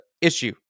issue